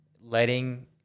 letting